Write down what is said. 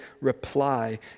reply